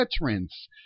veterans